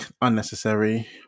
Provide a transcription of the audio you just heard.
unnecessary